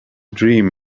dream